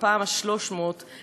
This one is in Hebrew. בפעם ה-300 בערך,